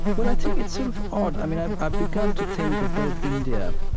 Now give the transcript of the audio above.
well, i think it's sort of odd. i mean, i've i've begun to think of both india,